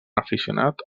aficionat